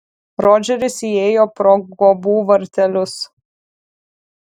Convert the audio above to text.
rodžeris įėjo pro guobų vartelius